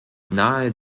nahe